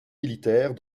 militaire